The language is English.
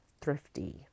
thrifty